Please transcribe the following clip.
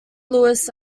louis